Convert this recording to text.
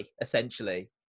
essentially